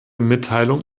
mitteilung